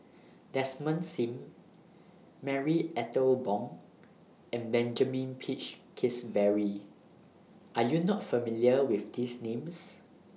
Desmond SIM Marie Ethel Bong and Benjamin Peach Keasberry Are YOU not familiar with These Names